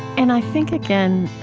and i think, again,